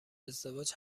ازدواج